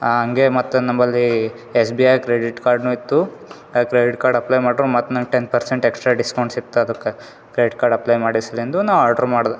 ಹಾಂಗೆ ಮತ್ತು ನಂಬಲ್ಲೀ ಎಸ್ ಬಿ ಐ ಕ್ರೆಡಿಟ್ ಕಾರ್ಡ್ನು ಇತ್ತು ಆ ಕ್ರೆಡಿಟ್ ಕಾರ್ಡ್ ಅಪ್ಲೈ ಮಾಡ್ರು ಮತ್ತು ನಂಗೆ ಟೆನ್ ಪರ್ಸೆಂಟ್ ಎಕ್ಸ್ಟ್ರಾ ಡಿಸ್ಕೌಂಟ್ ಸಿಕ್ತು ಅದುಕ್ಕೆ ಕ್ರೆಡಿಟ್ ಕಾರ್ಡ್ ಅಪ್ಲೈ ಮಾಡಿಸ್ಲೆಂದು ನಾವು ಆರ್ಡ್ರು ಮಾಡ್ದೆ